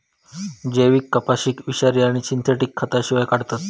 जैविक कपाशीक विषारी आणि सिंथेटिक खतांशिवाय काढतत